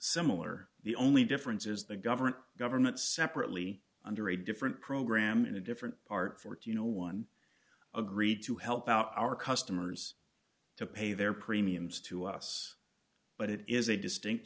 similar the only difference is the government government separately under a different program in a different part for you know one agreed to help out our customers to pay their premiums to us but it is a distinct